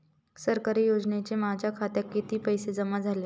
सरकारी योजनेचे माझ्या खात्यात किती पैसे जमा झाले?